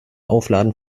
aufladen